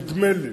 נדמה לי